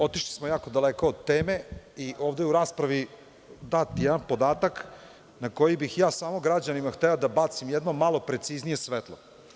Otišli smo jako daleko od teme i ovde u raspravi, dat je jedan podatak na koji bih ja samo građanima hteo da bacim jedno malo preciznije svetlo.